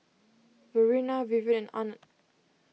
Verena Vivien and Arnett